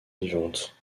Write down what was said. vivante